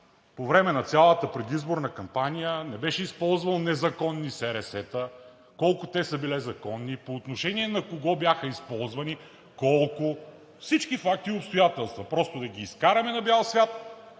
по време на цялата предизборна кампания не беше използвал незаконни СРС-та. Колко са били законни, по отношение на кого бяха използвани и колко? Всички факти и обстоятелства просто да ги изкараме на бял свят